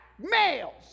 males